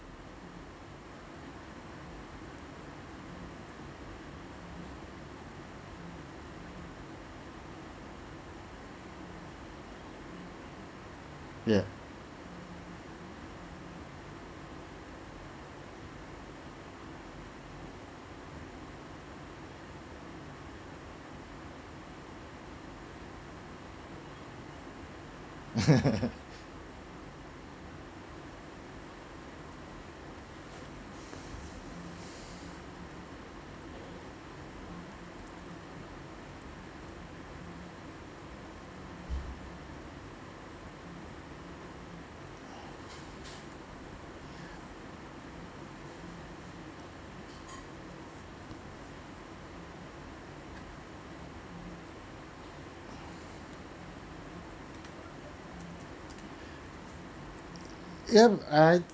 yeah ya I